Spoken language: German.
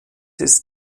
ist